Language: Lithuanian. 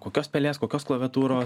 kokios pelės kokios klaviatūro